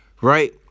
right